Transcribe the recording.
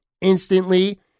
instantly